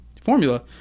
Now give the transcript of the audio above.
formula